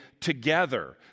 together